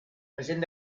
present